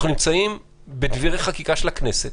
אנחנו נמצאים בדברי חקיקה של הכנסת,